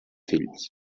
fills